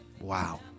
Wow